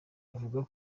avuga